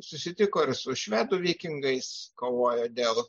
susitiko ir su švedų vikingais kovojo dėl